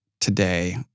today